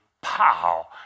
pow